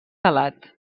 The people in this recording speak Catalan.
salat